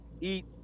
eat